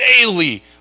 Daily